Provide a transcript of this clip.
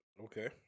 Okay